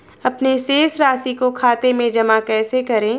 अपने शेष राशि को खाते में जमा कैसे करें?